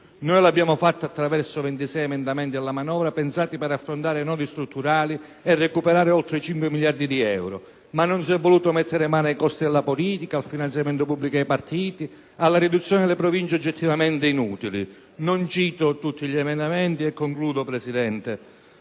Noi lo abbiamo fatto attraverso 26 emendamenti alla manovra pensati per affrontare nodi strutturali e recuperare oltre 5 miliardi di euro. Ma non si è voluto mettere mano ai costi della politica, al finanziamento pubblico ai partiti, alla riduzione delle Province oggettivamente inutili. Non citerò tutti gli emendamenti: mi accingo